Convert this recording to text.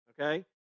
okay